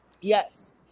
yes